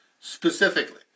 specifically